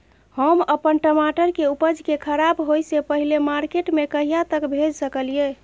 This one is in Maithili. हम अपन टमाटर के उपज के खराब होय से पहिले मार्केट में कहिया तक भेज सकलिए?